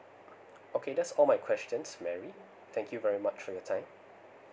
okay that's all my questions mary thank you very much for your time